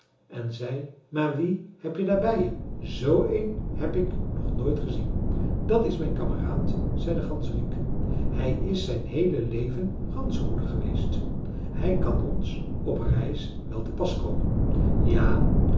en zei maar wien heb je daar bij je zoo een heb ik nog nooit gezien dat is mijn kameraad zei de ganzerik hij is zijn heele leven ganzenhoeder geweest hij kan ons op reis wel te pas komen ja